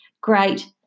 great